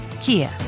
Kia